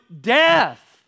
death